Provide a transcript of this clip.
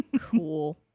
Cool